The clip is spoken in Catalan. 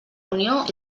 unió